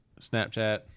Snapchat